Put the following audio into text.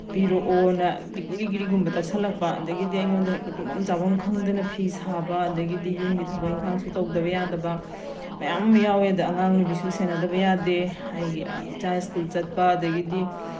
ꯄꯤꯔꯛꯑꯣꯅ ꯒꯤꯔꯤ ꯒꯤꯔꯤꯒꯨꯝꯕ ꯇꯛꯁꯤꯜꯂꯛꯄ ꯑꯗꯩꯒꯤꯗꯤ ꯑꯩꯉꯣꯟꯗ ꯍꯦꯛꯇ ꯇꯨꯝꯐꯝ ꯆꯥꯐꯝ ꯈꯪꯗꯅ ꯐꯤ ꯁꯥꯕ ꯑꯗꯒꯤꯗꯤ ꯌꯨꯝꯒꯤ ꯊꯕꯛ ꯏꯪꯈꯥꯡꯁꯨ ꯇꯧꯗꯕ ꯌꯥꯗꯕ ꯃꯌꯥꯝ ꯑꯃ ꯌꯥꯎꯑꯦ ꯑꯗ ꯑꯉꯥꯡ ꯅꯨꯕꯤꯁꯨ ꯁꯦꯟꯅꯗꯕ ꯌꯥꯗꯦ ꯑꯩꯒꯤ ꯏꯆꯥ ꯁ꯭ꯀꯨꯜ ꯆꯠꯄ ꯑꯗꯒꯤꯗꯤ